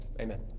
Amen